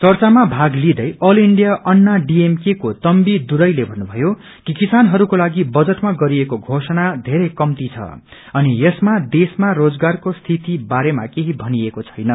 चर्चामा भाग लिँदै आल इंडिया अन्ना डीएमके को तंवि दुर्रईले भन्नुमयो कि कानहरूकोलागि बजटमा गरिएको घोषणा वेरै कम्ती छ अनि यसमा देशमा रोजगारको स्थिति बारेमा केही भनिएको छैन